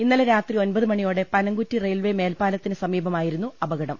ഇന്നലെ രാത്രി ഒൻപത് മണിയോടെ പനംകുറ്റി റെയിൽവെ മേൽപ്പാ ലത്തിന് സമീപമായിരുന്നു അപകടം